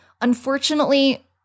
unfortunately